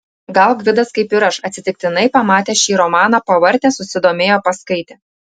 gal gvidas kaip ir aš atsitiktinai pamatęs šį romaną pavartė susidomėjo paskaitė